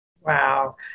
Wow